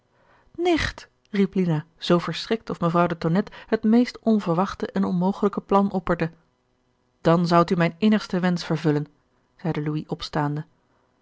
nicht riep lina zoo verschrikt of mevrouw de tonnette het meest onverwachte en onmogelijke plan opperde dan zoudt u mijn innigsten wensch vervullen zeide louis opstaande